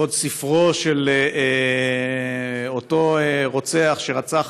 לכבוד ספרו של אותו רוצח שרצח,